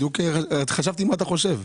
חשבתי מה אתה חושב.